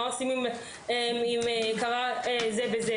מה עושים אם קרה כך וכך?